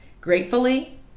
Gratefully